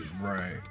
Right